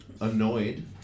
annoyed